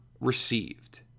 received